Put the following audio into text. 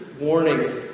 warning